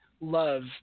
love